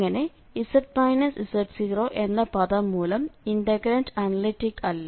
അങ്ങനെ z z0 എന്ന പദം മൂലം ഇന്റഗ്രന്റ് അനലിറ്റിക്ക് അല്ല